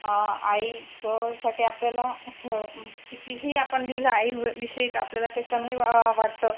आईसाठी आपल्याला कितीही आपण लिहिलं आई विषयी तर आपल्याला ते कमी वाटतं